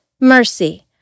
Mercy